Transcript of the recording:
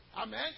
Amen